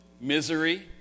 Misery